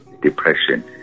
depression